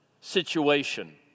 situation